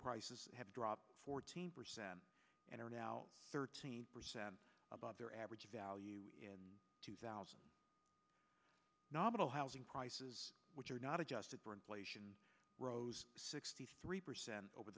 prices have dropped fourteen percent and are now thirteen percent above their average value in two thousand nominal housing prices which are not adjusted for inflation rose sixty three percent over